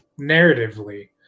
narratively